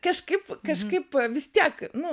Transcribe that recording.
kažkaip kažkaip vis tiek nu